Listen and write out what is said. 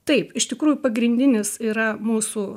taip iš tikrųjų pagrindinis yra mūsų